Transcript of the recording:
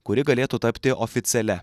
kuri galėtų tapti oficialia